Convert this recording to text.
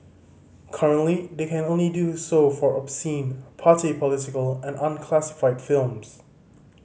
currently they can only do so for obscene party political and unclassified films